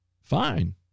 Fine